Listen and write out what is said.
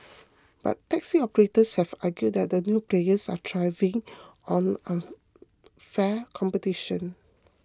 but taxi operators have argued that the new players are thriving on unfair competition